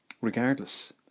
regardless